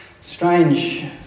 strange